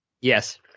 Yes